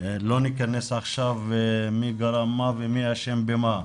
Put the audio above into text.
לא ניכנס עכשיו מי גרם מה ומי אשם במה,